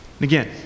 Again